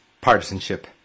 partisanship